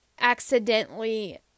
accidentally